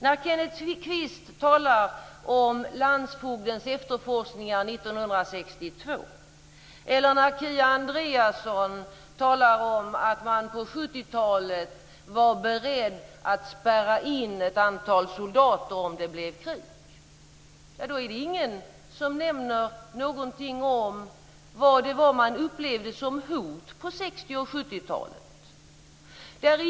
När Kenneth Kvist talar om landsfogdens efterforskningar 1962 eller när Kia Andreasson talar om att man på 70-talet var beredd att spärra in ett antal soldater om det skulle bli krig nämner ingen någonting om vad man på 60 och 70-talen upplevde som hot.